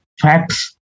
facts